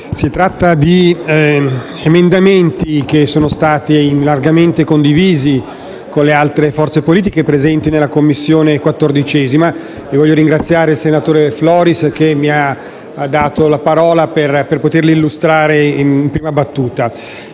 presentato sono emendamenti che sono stati largamente condivisi con le altre forze politiche presenti nella 14a Commissione e ringrazio il senatore Floris che mi ha ceduto la parola per poterli illustrare in prima battuta.